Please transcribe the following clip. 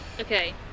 Okay